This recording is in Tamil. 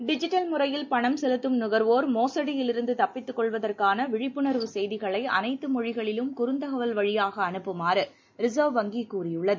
டிஜிட்டல் முறையில் பணம் செலுத்தும் நுகர்வோர் மோசுடியிலிருந்து தப்பித்துக் கொள்வதற்கான விழிப்புணர்வு செய்திகளை அனைத்து மொழிகளிலும் குறுந்தகவல் வழியாக அனுப்புமாறு ரிசர்வ் வங்கி கூறியுள்ளது